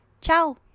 Ciao